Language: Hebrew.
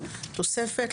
תוספת,